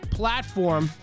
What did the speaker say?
platform